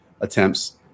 attempts